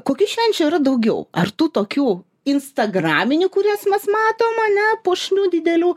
kokių švenčių yra daugiau ar tų tokių instagraminių kurias mes matom ane puošnių didelių